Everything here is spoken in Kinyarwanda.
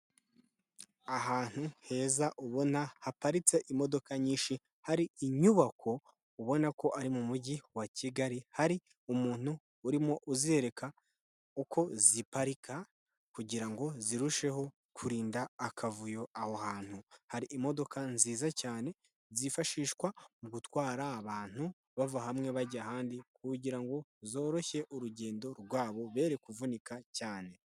Ahantu heza ubona haparitse imodoka nyinshi, hari inyubako ubona ko ari mu mujyi wa Kigali, hari umuntu urimo uzereka uko ziparika kugira ngo zirusheho kurinda akavuyo aho hantu. Hari imodoka nziza cyane zifashishwa mu gutwara abantu, bava hamwe bajya ahandi kugira ngo zoroshye urugendo rwabo, bere kuvunika cyane.